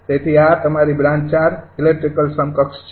તેથી આ તમારી બ્રાન્ચ ૪ ઇલેક્ટ્રિકલ સમકક્ષ છે